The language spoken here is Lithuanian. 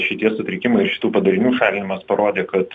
šitie sutrikimai šitų padarinių šalinimas parodė kad